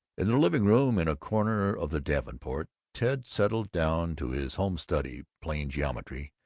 in the living-room, in a corner of the davenport, ted settled down to his home study plain geometry,